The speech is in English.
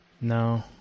No